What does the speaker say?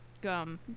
gum